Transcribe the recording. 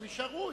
הם יישארו.